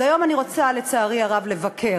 היום אני רוצה, לצערי הרב, לבקר,